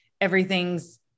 everything's